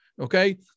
okay